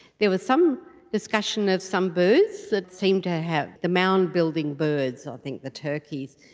there was some discussion of some birds that seem to have, the mound building birds, i think the turkeys,